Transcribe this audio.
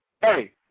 hey